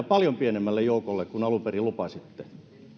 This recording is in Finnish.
paljon pienemmälle joukolle kuin alun perin lupasitte